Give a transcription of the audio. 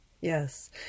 Yes